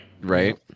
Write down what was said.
Right